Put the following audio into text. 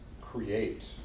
create